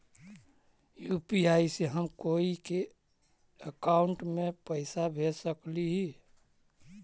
UPI से हम कोई के अकाउंट में पैसा भेज सकली ही?